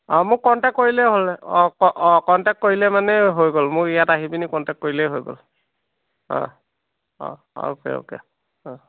অ' মোক কণ্টেক্ট কৰিলেই হ'ল অ' অ' কণ্টেক্ট কৰিলে মানে হৈ গ'ল মোৰ ইয়াত আহিপেনি কণ্টেক্ট কৰিলেই হৈ গ'ল অ'কে অ'কে অ'